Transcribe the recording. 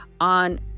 on